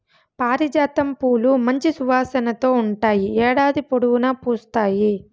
పారిజాతం పూలు మంచి సువాసనతో ఉంటాయి, ఏడాది పొడవునా పూస్తాయి